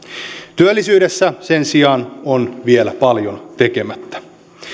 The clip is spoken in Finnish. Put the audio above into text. työllisyydessä sen sijaan on vielä paljon tekemättä